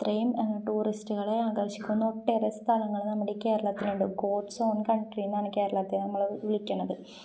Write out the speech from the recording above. അത്രയും ടൂറിസ്റ്റുകളെ ആകർഷിക്കുന്ന ഒട്ടേറെ സ്ഥലങ്ങൾ നമ്മുടെ ഈ കേരളത്തിൽ ഉണ്ട് ഗോഡ്സ് ഓൺ കൺട്രീ എന്നാണ് കേരളത്തെ നമ്മൾ വിളിക്കുന്നത്